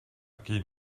qui